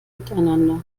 miteinander